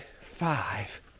five